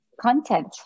content